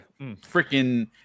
Freaking